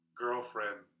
girlfriend